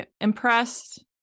impressed